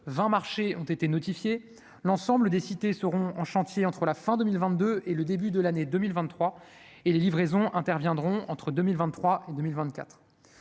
20 marché ont été notifiés l'ensemble des cités seront en chantier entre la fin 2022, et le début de l'année 2023 et les livraisons interviendront entre 2023 2024,